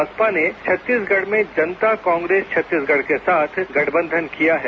बसपा ने छत्तीसगढ़ में जनता कांग्रेस छत्तीसगढ़ के साथ गठबंधन किया है